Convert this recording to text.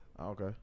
okay